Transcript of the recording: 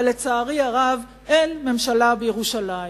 אבל לצערי הרב אין ממשלה בירושלים.